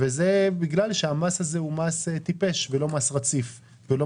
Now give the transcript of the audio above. זה בגלל שהמס הזה הוא מס טיפש ולא מס רציף ולא